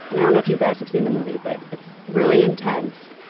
know know if you guys have seen the movie, but it's really intense.